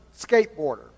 skateboarder